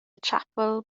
chapel